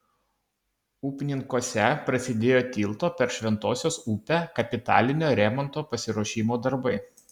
upninkuose prasidėjo tilto per šventosios upę kapitalinio remonto pasiruošimo darbai